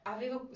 Avevo